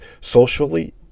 socially